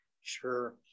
Sure